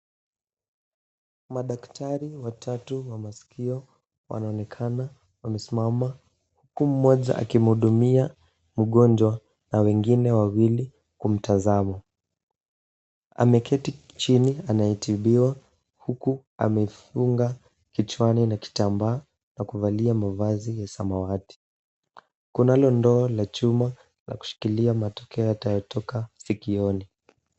Madaktari watatu wa masikio wanaonekana wamesimama huku mmoja akimhudumia mgonjwa na wengine wawili kumtazama. Ameketi chini anayetibiwa huku amefunga kichwani na kitambaa na kuvalia mavazi ya samawati. Kunalo ndoo la chuma na kushikilia matokeo yatatoka sikioni.